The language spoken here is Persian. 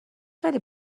خیلی